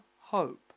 hope